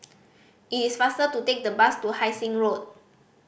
it is faster to take the bus to Hai Sing Road